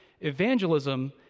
Evangelism